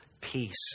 peace